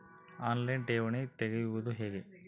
On line ಠೇವಣಿ ತೆರೆಯುವುದು ಹೇಗೆ?